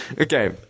Okay